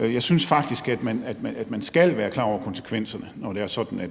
Jeg synes faktisk, at man skal være klar over konsekvenserne, når